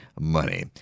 money